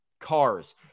Cars